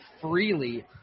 freely